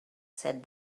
said